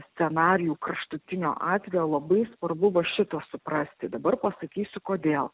scenarijų kraštutinio atvejo labai svarbu va šitą suprasti dabar pasakysiu kodėl